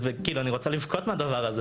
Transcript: והיא נכנסה ללב של דור שלם של צופים וצופות,